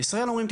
בישראל אומרים,